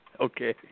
Okay